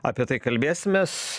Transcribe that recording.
apie tai kalbėsimės